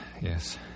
Yes